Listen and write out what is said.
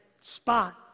spot